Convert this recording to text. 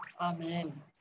Amen